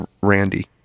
Randy